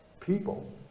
people